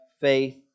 faith